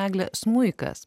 egle smuikas